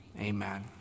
Amen